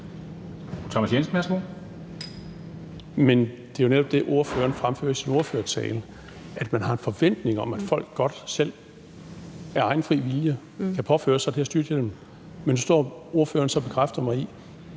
Thomas Jensen (S): Men det er jo netop det, ordføreren fremfører i sin ordførertale, altså at man har en forventning om, at folk godt selv af egen fri vilje kan tage den her styrthjelm på. Men nu står ordføreren så og bekræfter mig i,